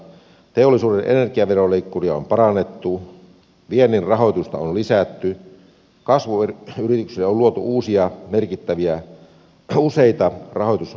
teollisuuden energiaveroleikkuria on parannettu viennin rahoitusta on lisätty kasvuyrityksille on luotu useita rahoitusohjelmia